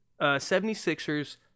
76ers